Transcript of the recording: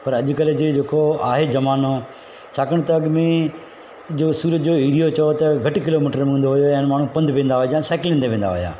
पर अॼुकल्ह जो जेको आहे ज़मानो छाकाणि त अॻु में जो सूरत जो एरियो चओ त घटि किलोमीटर में हूंदो हुयो ऐं माण्हू पंधु वेंदा हुया जा साईकिलियुनि ते वेंदा हुया